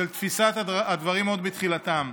של תפיסת הדברים עוד בתחילתם.